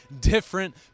different